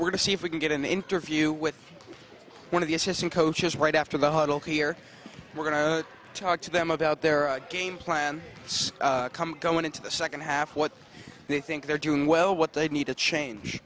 were to see if we can get an interview with one of the assistant coaches right after the huddle here we're going to talk to them about their game plan so going into the second half what they think they're doing well what they need to change